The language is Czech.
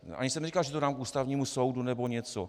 Ani jsem neříkal, že to dám k Ústavnímu soudu nebo něco.